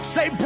Say